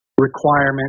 requirement